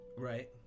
Right